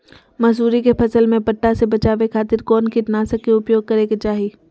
मसूरी के फसल में पट्टा से बचावे खातिर कौन कीटनाशक के उपयोग करे के चाही?